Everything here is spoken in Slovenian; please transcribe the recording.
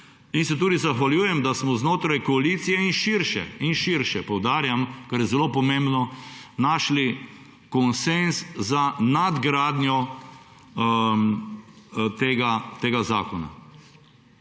in se tudi zahvaljujem, da smo znotraj koalicije in širše – in širše poudarjam, ker je zelo pomembno – našli konsenz za nadgradnjo tega zakona.